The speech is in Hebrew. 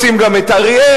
רוצים גם את אריאל,